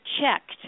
checked